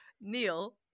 Neil